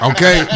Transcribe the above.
Okay